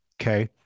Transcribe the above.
okay